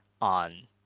on